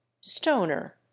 Stoner